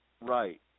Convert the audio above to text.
Right